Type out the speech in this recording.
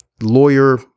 lawyer